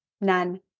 None